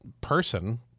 person